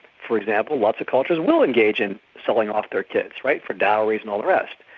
for example lots, of cultures will engage in selling off their kids, right for dowries and all the rest.